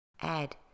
Add